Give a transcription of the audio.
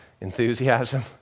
enthusiasm